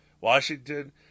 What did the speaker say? washington